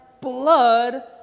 blood